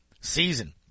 season